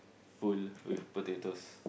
full with potatoes